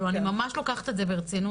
אני ממש לוקחת את זה ברצינות.